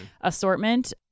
assortment